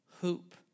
hoop